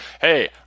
hey